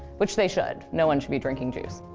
which they should. no one should be drinking juice.